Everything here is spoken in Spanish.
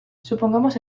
supongamos